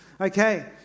Okay